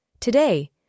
Today